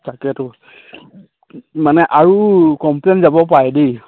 তাকেতো মানে আৰু কমপ্লেইন যাব পাৰে দেই